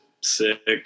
sick